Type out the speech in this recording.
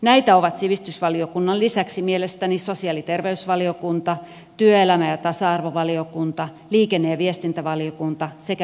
näitä ovat sivistysvaliokunnan lisäksi mielestäni sosiaali ja terveysvaliokunta työelämä ja tasa arvovaliokunta liikenne ja viestintävaliokunta sekä ympäristövaliokunta